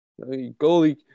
Goalie